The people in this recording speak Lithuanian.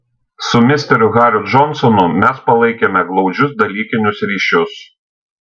su misteriu hariu džonsonu mes palaikėme glaudžius dalykinius ryšius